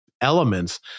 elements